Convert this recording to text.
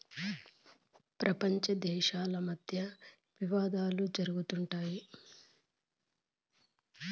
ప్రపంచ దేశాల మధ్య ఈ డబ్బు వివాదాలు జరుగుతుంటాయి